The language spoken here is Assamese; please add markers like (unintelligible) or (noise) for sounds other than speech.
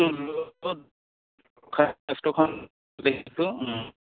(unintelligible)